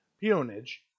peonage